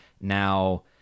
Now